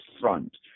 front